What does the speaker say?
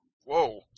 Whoa